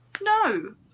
No